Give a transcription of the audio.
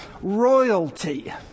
royalty